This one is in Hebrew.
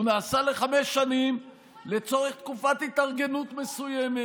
הוא נעשה לחמש שנים לצורך תקופת התארגנות מסוימת,